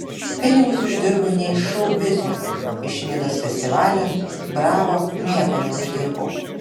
pinigus uždirbu ne iš šou biznio iš nidos festivalio bravo nieko neuždirbau